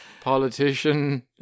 Politician